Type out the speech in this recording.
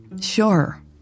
Sure